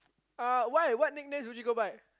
uh why what nicknames would you go by